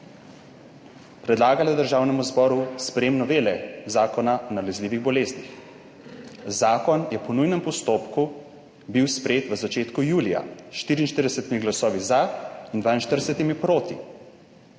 predlagala Državnemu zboru sprejetje novele Zakona o nalezljivih boleznih. Zakon je bil po nujnem postopku sprejet v začetku julija s 44 glasovi za in 42 proti.